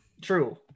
True